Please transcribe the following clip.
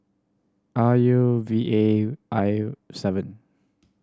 R U V A I seven